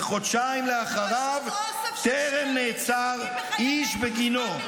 וחודשיים לאחריו טרם נעצר איש בגינו.